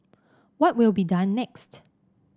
what will be done next